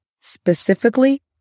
specifically